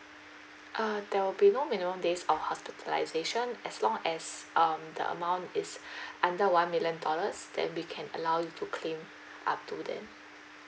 uh there will be no minimum days of hospitalisation as long as um the amount is under one million dollars then we can allow you to claim up to there